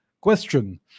question